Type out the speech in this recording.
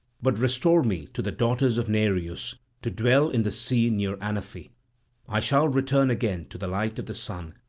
but restore me to the daughters of nereus to dwell in the sea near anaphe i shall return again to the light of the sun,